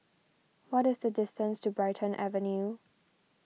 what is the distance to Brighton Avenue